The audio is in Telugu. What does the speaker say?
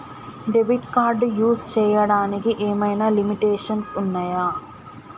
డెబిట్ కార్డ్ యూస్ చేయడానికి ఏమైనా లిమిటేషన్స్ ఉన్నాయా?